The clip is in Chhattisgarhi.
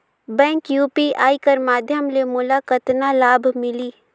बैंक यू.पी.आई कर माध्यम ले मोला कतना लाभ मिली?